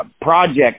project